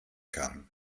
kann